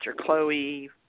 Chloe